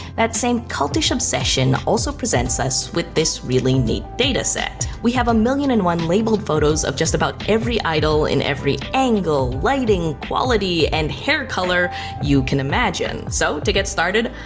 that same cultish obsession also presents us with this really neat dataset. we have a million and one labeled photos of just about every idol in every angle, lighting, quality, and hair color you can imagine. so, to get started,